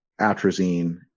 atrazine